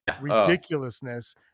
ridiculousness